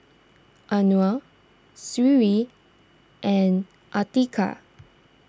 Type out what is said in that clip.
Anuar Sri and Atiqah